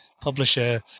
publisher